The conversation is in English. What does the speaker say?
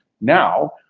now